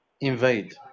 Invade